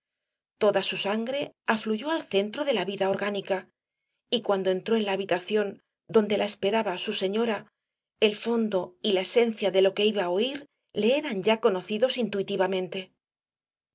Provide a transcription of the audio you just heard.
toda su sangre afluyó al centro de la vida orgánica y cuando entró en la habitación donde la esperaba su señora el fondo y la esencia de lo que iba á oir le eran ya conocidos intuitivamente